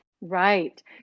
Right